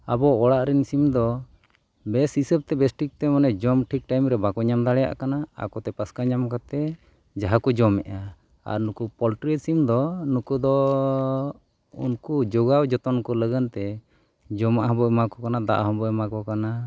ᱟᱵᱚ ᱚᱲᱟᱜ ᱨᱮᱱ ᱥᱤᱢ ᱫᱚ ᱵᱮᱥ ᱦᱤᱥᱟᱹᱵ ᱛᱮ ᱵᱮᱥᱴᱷᱤᱠ ᱛᱮ ᱢᱟᱱᱮ ᱡᱚᱢ ᱴᱷᱤᱠ ᱴᱟᱭᱤᱢ ᱨᱮ ᱵᱟᱠᱚ ᱧᱟᱢ ᱫᱟᱲᱮᱭᱟᱜ ᱠᱟᱱᱟ ᱟᱠᱚᱛᱮ ᱯᱟᱥᱠᱟ ᱧᱟᱢ ᱠᱟᱛᱮᱫ ᱡᱟᱦᱟᱸ ᱠᱚ ᱡᱚᱢᱮᱜᱼᱟ ᱟᱨ ᱱᱩᱠᱩ ᱯᱳᱞᱴᱨᱤ ᱥᱤᱢ ᱫᱚ ᱩᱱᱠᱩ ᱫᱚ ᱩᱱᱠᱩ ᱡᱳᱜᱟᱣ ᱡᱚᱛᱚᱱ ᱠᱚ ᱞᱟᱹᱜᱤᱫ ᱛᱮ ᱡᱚᱢᱟᱜ ᱦᱚᱵᱚᱱ ᱮᱢᱟᱣ ᱠᱚ ᱠᱟᱱᱟ ᱫᱟᱜ ᱦᱚᱵᱚᱱ ᱮᱢᱟᱣᱠᱚ ᱠᱟᱱᱟ